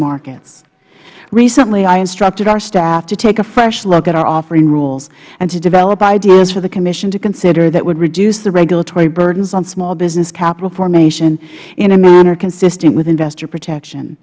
market recently i instructed our staff to take a fresh look at our offering rules and to develop ideas for the commission to consider that would reduce the regulatory burdens on small business capital formation in a manner consistent with investor protection